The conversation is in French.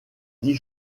dix